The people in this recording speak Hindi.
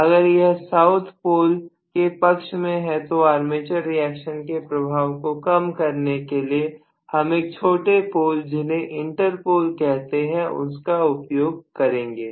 अगर यह साउथ पोल के पक्ष में है तो आर्मेचर रिएक्शन के प्रभाव को कम करने के लिए हम एक छोटे पोल जिन्हें इंटरपोल कहते हैं उसका उपयोग करेंगे